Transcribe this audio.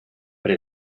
pre